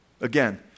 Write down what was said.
again